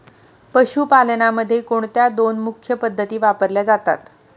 पशुपालनामध्ये कोणत्या दोन मुख्य पद्धती वापरल्या जातात?